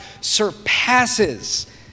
surpasses